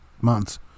months